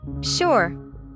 Sure